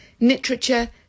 literature